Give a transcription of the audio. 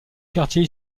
quartier